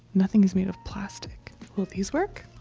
nothing is made of plastic. will these work?